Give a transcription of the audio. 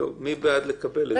מי בעד לקבל את זה?